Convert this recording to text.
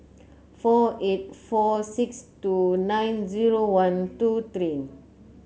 four eight four six two nine zero one two three